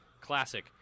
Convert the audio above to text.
Classic